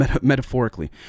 Metaphorically